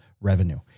revenue